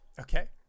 Okay